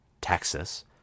Texas